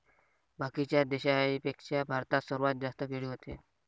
बाकीच्या देशाइंपेक्षा भारतात सर्वात जास्त केळी व्हते